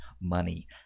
money